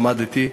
למדתי,